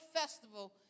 festival